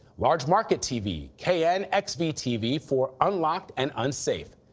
large market tv knxv-tv for unlocked and unsafe.